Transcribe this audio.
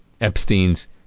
Epstein's